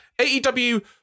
AEW